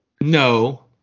No